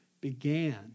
began